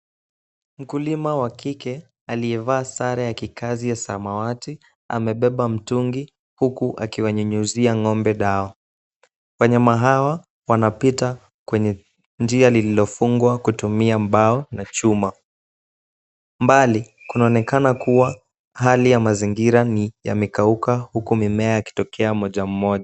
Mkulima wa kike aliyevaa sare ya kikazi ya samawati, amebeba mtungi huku akiwanyunyizia ng'ombe dawa. Wanyama hawa wanapita kwenye njia lililofungwa kutumia mbao na chuma. Mbali kunaonekana kuwa hali ya mazingira ni yamekauka huku mimea yakitokea moja moja.